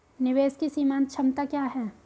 निवेश की सीमांत क्षमता क्या है?